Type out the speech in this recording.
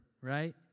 right